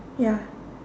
ya